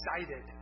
excited